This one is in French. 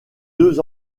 deux